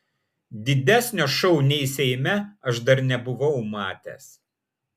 didesnio šou nei seime aš dar nebuvau matęs